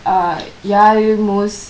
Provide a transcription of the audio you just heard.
ah யாரு:yaaru most